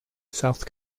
south